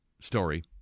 story